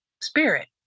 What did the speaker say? spirit